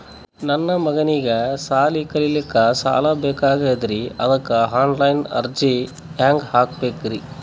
ನನ್ನ ಮಗನಿಗಿ ಸಾಲಿ ಕಲಿಲಕ್ಕ ಸಾಲ ಬೇಕಾಗ್ಯದ್ರಿ ಅದಕ್ಕ ಆನ್ ಲೈನ್ ಅರ್ಜಿ ಹೆಂಗ ಹಾಕಬೇಕ್ರಿ?